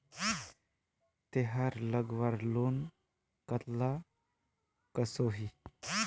तेहार लगवार लोन कतला कसोही?